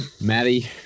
Maddie